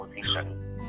position